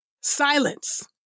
Silence